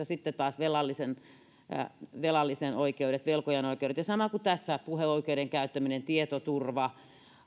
sitten taas on velallisen oikeudet velkojien oikeudet ja sama kuin tässä puheoikeuden käyttäminen tietoturva ja on